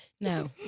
No